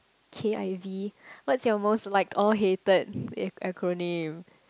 K_I_V what's your most liked or hated a acronym